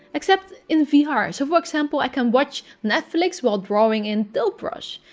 except in vr. ah so, for example, i can watch netflix while drawing in tilt brush.